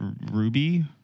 Ruby